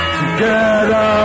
together